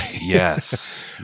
Yes